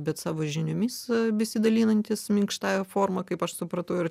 bet savo žiniomis besidalinantys minkštąja forma kaip aš supratau ir